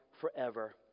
forever